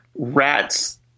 Rats